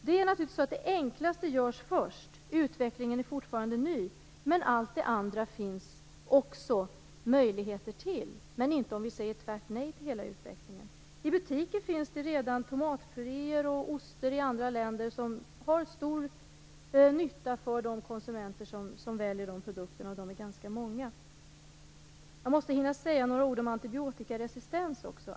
Det enklaste görs naturligtvis först. Utvecklingen är fortfarande ny. Allt det andra finns det också möjligheter till, men inte om vi säger tvärt nej till hela utvecklingen. I butiker finns det redan tomatpuréer och ostar i andra länder som har stor nytta för de konsumenter som väljer de produkterna, och de är ganska många. Jag måste också hinna säga några ord om antibiotikaresistens.